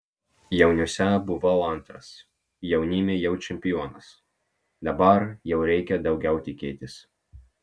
jauniuose buvau antras jaunime jau čempionas dabar jau reikia daugiau tikėtis